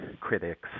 critics